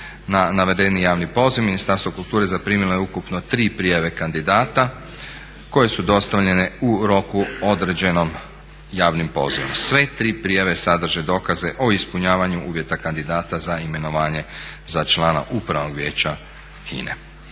Na navedeni javni poziv Ministarstvo kulture zaprimilo je upravo tri prijave kandidata koje su dostavljene u roku određenom javnim pozivom. Sve tri prijave sadrže dokaze o ispunjavanju uvjeta kandidata za imenovanje za člana Upravnog vijeća HINA-e.